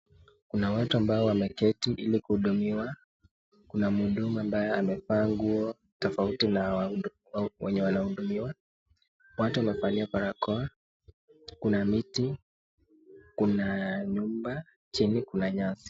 Kuna watu ambao wameketi ili kuhudumiwa, kuna mhudumu ambaye amevaa nguo tofauti na wenye wamahudumiwa. Watu wamevalia barakoa, kuna miti, kuna nyumba, chini kuna nyasi.